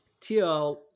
TL